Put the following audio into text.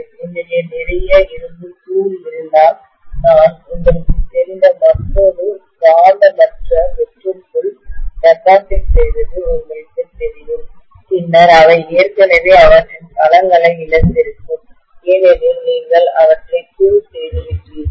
என்னிடம் நிறைய இரும்பு தூள் இருந்தால் நான் உங்களுக்குத் தெரிந்த மற்றொரு காந்தமற்ற வெற்றுக்குள் டெபாசிட் செய்வது உங்களுக்குத் தெரியும் பின்னர் அவை ஏற்கனவே அவற்றின் களங்களை இழந்திருக்கும் ஏனெனில் நீங்கள் அவற்றை தூள் செய்துவிட்டீர்கள்